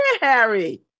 Harry